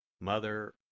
Mother